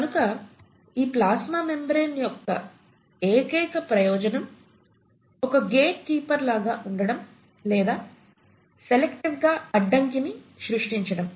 కనుక ఈ plasma membrane యొక్క ఏకైక ప్రయోజనం ఒక గేట్ కీపర్ లాగా ఉండడం లేదా సెలెక్టివ్ గా అడ్డంకిని సృష్టించడం